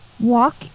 Walk